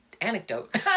anecdote